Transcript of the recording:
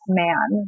man